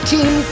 Team